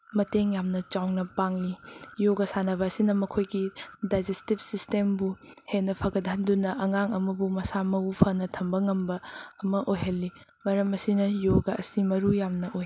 ꯃꯇꯦꯡ ꯌꯥꯝꯅ ꯆꯥꯎꯅ ꯄꯥꯡꯂꯤ ꯌꯣꯒ ꯁꯥꯟꯅꯕ ꯑꯁꯤꯅ ꯃꯈꯣꯏꯒꯤ ꯗꯥꯏꯖꯦꯁꯇꯤꯞ ꯁꯤꯁꯇꯦꯝꯕꯨ ꯍꯦꯟꯅ ꯐꯒꯠꯍꯟꯗꯨꯅ ꯑꯉꯥꯡ ꯑꯃꯕꯨ ꯃꯁꯥ ꯃꯎ ꯐꯅ ꯊꯝꯕ ꯉꯝꯕ ꯑꯃ ꯑꯣꯏꯍꯜꯂꯤ ꯃꯔꯝ ꯑꯁꯤꯅ ꯌꯣꯒ ꯑꯁꯤ ꯃꯔꯨ ꯌꯥꯝꯅ ꯑꯣꯏ